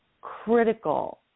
critical